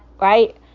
right